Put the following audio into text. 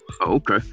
Okay